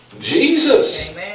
Jesus